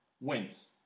wins